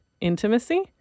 intimacy